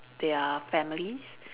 their families